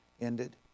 ended